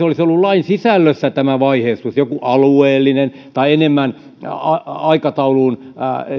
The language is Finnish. olisi ollut lain sisällössä joku alueellinen tai enemmän aikatauluun